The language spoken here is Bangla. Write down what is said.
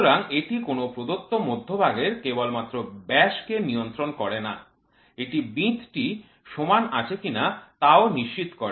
সুতরাং এটি কোন প্রদত্ত মধ্যভাগের কেবলমাত্র ব্যাসকে নিয়ন্ত্রণ করে না এটি বিঁধ টি সমান আছে কিনা তাও নিশ্চিত করে